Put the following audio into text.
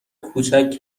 کوچک